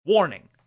Warning